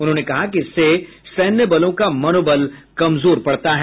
उन्होंने कहा कि इससे सैन्य बलों का मनोबल कमजोर पड़ता है